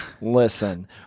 listen